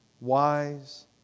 wise